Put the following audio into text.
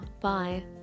bye